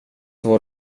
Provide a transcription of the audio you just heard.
vår